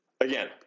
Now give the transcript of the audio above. again